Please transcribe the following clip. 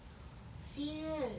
serious